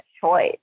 choice